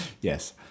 Yes